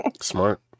Smart